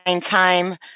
time